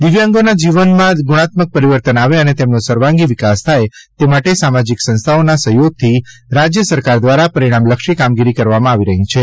દિવ્યાંગોના જીવનમાં ગુણાત્મક પરિવર્તન આવે અને તેમનો સર્વાંગી વિકાસ થાય તે માટે સામાજિક સંસ્થાઓના સહયોગથી રાજય સરકાર દ્વારા પરિણામલક્ષી કામગીરી કરવામાં આવી રહી છે